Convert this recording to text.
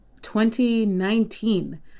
2019